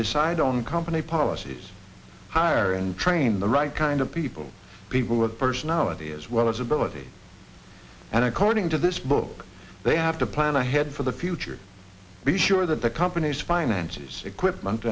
decide on company policies hire and train the right kind of people people with personality as well as ability and according to this book they have to plan ahead for the future be sure that the company's finances equipment